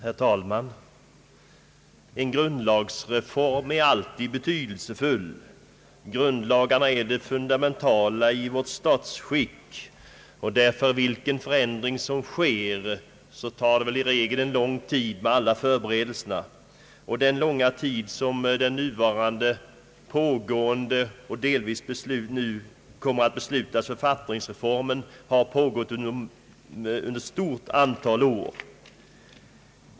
Herr talman! En grundlagsreform är alltid betydelsefull. Grundlagarna är det fundamentala i vårt statsskick, och vilken förändring som än sker tar alla förberedelser i regel lång tid. Den författningsreform, som i dag kommer att beslutas, har förberetts under ett stort antal år.